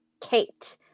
Kate